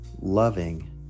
loving